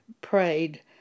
prayed